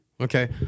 okay